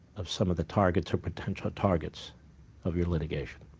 of some of the targets, your potential targets of your litigation.